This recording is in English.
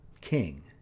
king